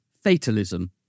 fatalism